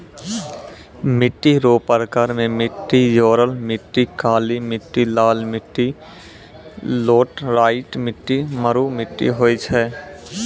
मिट्टी रो प्रकार मे मट्टी जड़ोल मट्टी, काली मट्टी, लाल मट्टी, लैटराईट मट्टी, मरु मट्टी होय छै